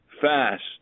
fast